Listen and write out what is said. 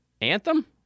Anthem